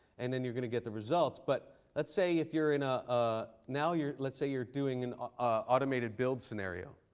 and then you're going to get the results. but let's say if you're in a ah now here let's say, you're doing an ah automated build scenario.